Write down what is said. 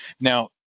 Now